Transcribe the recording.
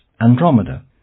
Andromeda